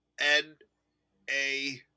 N-A